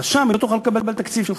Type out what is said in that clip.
לא תוכל לקבל את התקציב שלך.